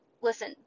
Listen